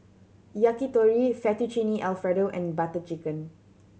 Yakitori Fettuccine Alfredo and Butter Chicken